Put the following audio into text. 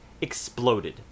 exploded